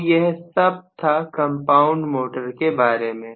तो यह सब था कंपाउंड मोटर के बारे में